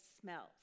smells